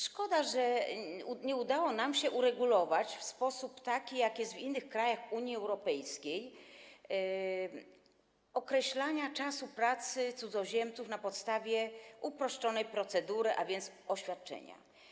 Szkoda, że nie udało nam się uregulować w sposób taki jak w innych krajach Unii Europejskiej kwestii określania czasu pracy cudzoziemców na podstawie uproszczonej procedury, a więc oświadczenia.